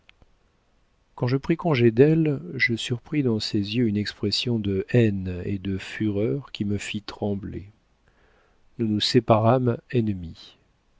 quand je pris congé d'elle je surpris dans ses yeux une expression de haine et de fureur qui me fit trembler nous nous séparâmes ennemis